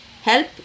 help